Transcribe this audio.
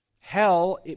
Hell